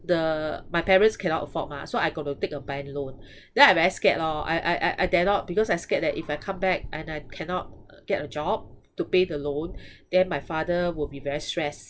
the my parents cannot afford mah so I got to take a bank loan then I very scared lor I I I dare not because I scared that if I come back and I cannot get a job to pay the loan then my father will be very stressed